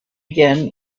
again